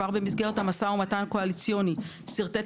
כבר במסגרת המשא ומתן הקואליציוני שרטט